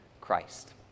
Christ